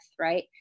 right